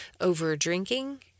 over-drinking